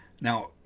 Now